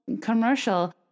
commercial